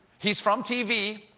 he's from tv,